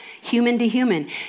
human-to-human